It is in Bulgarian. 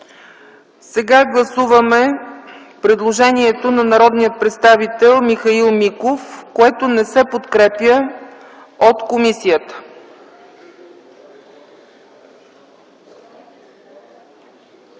на гласуване предложението на народния представител Михаил Миков, което не се подкрепя от комисията.